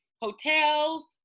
hotels